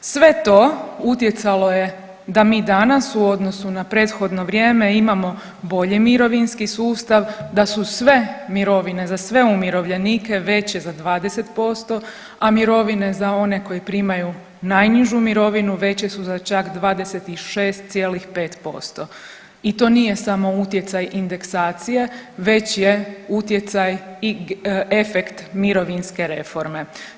Sve to utjecalo je da mi danas u odnosu na prethodno vrijeme imamo bolji mirovinski sustav, da su sve mirovine, za sve umirovljenike veće za 20%, a mirovine za one koji primaju najnižu mirovinu, veće su za čak 26,5% i to nije samo utjecaj indeksacije već je utjecaj i efekt mirovinske reforme.